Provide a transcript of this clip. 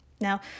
Now